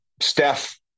Steph